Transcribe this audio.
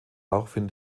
daraufhin